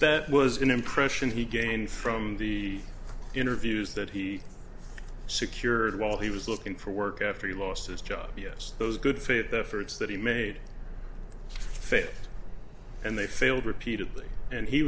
that was an impression he gained from the interviews that he secured while he was looking for work after he lost his job yes those good faith efforts that he made fit and they failed repeatedly and he